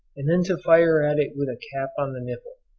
and then to fire at it with a cap on the nipple,